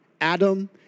Adam